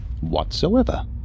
whatsoever